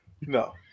No